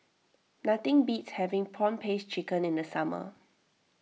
nothing beats having Prawn Paste Chicken in the summer